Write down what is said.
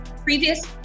previous